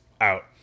out